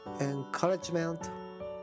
encouragement